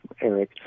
Eric